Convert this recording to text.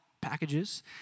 packages